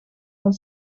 van